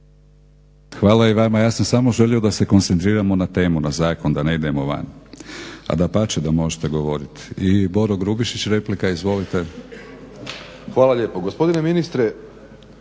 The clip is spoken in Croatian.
Hvala i vama. Ja sam samo želio da se koncentriramo na temu, na zakon, da ne idemo van. A dapače da možete govoriti. I Boro Grubišić, replika. Izvolite. **Grubišić, Boro (HDSSB)**